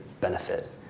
benefit